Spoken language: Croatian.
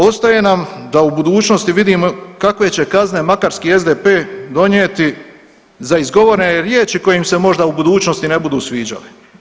Ostaje nam da u budućnosti vidimo kakve će kazne makarski SDP donijeti za izgovorene riječi koje im se možda u budućnosti ne budu sviđale.